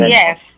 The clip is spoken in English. Yes